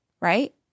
Right